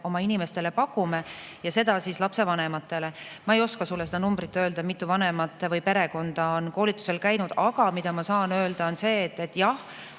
oma inimestele pakume, ja seda lapsevanematele. Ma ei oska sulle öelda, mitu vanemat või perekonda on koolitusel käinud, aga mida ma saan öelda, on see, et jah,